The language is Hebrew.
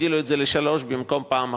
הגדילו את זה לשלוש במקום פעם אחת.